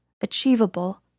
achievable